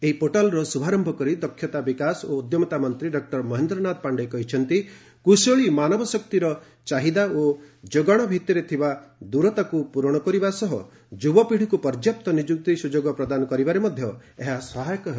ଏହି ପୋର୍ଟାଲର ଶୁଭାରମ୍ଭ କରି ଦକ୍ଷତା ବିକାଶ ଓ ଉଦ୍ୟମିତା ମନ୍ତ୍ରୀ ଡକୁର ମହେନ୍ଦ୍ରନାଥ ପାଶ୍ଡେ କହିଚ୍ଚନ୍ତି କୁଶଳୀ ମାନବ ଶକ୍ତିର ଚାହିଦା ଓ ଯୋଗାଣ ଭିତରେ ଥିବା ଦୂରତାକୁ ପୂରଣ କରିବା ସହ ଯୁବପିଢ଼ିକୁ ପର୍ଯ୍ୟାପ୍ତ ନିଯୁକ୍ତି ସୁଯୋଗ ପ୍ରଦାନ କରିବାରେ ମଧ୍ୟ ସହାୟକ ହେବ